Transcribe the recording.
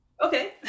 Okay